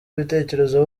ibitekerezo